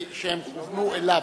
שהרי הם הופנו אליו.